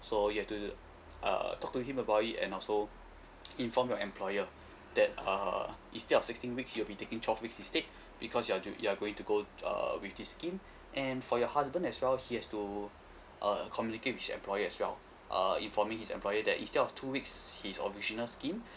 so you have to uh talk to him about it and also inform your employer that err instead of sixteen weeks you'll be taking twelve weeks instead because you're you you're going to go to uh with this scheme and for your husband as well he has to err communicate with his employer as well uh informing his employer that instead of two weeks his original scheme